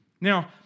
Now